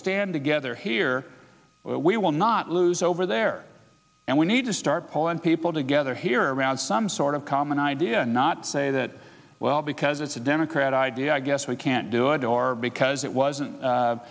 stand together here we will not lose over there and we need to start calling people together here around some sort of common idea and not say that well because it's a democrat idea i guess we can't do it or because it wasn't